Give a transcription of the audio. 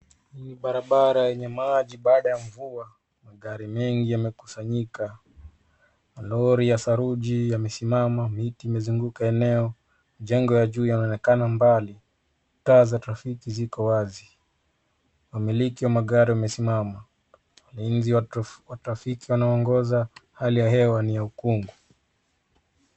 Hii ni barabara yenye maji baada ya mvua magari mengi yamekusanyika malori ya saruji yamemisima, miti imezunguka eneo, jengo ya juu yanaone kana mbali, taa za trafiki ziko wazi, wamiliki wa magari wamesimama walinzi wa trafiki wanaongoza hali ya hewa ni ya ukungu.